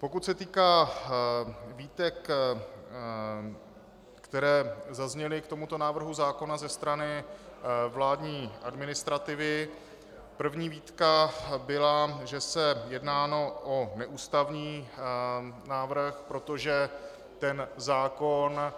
Pokud se týká výtek, které zazněly k tomuto návrhu zákona ze strany vládní administrativy, první výtka byla, že se jedná o neústavní návrh, protože zákon